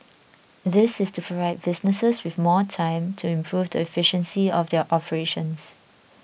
this is to provide businesses with more time to improve the efficiency of their operations